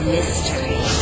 Mystery